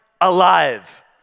alive